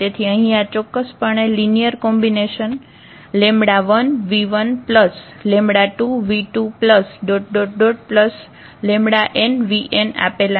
તેથી અહીં આ ચોક્કસપણે લિનિયર કોમ્બિનેશન 𝜆1𝑣1 𝜆2𝑣2 ⋯ 𝜆𝑛𝑣𝑛 આપેલા છે